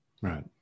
Right